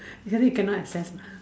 then you cannot access lah